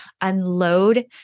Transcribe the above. unload